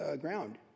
ground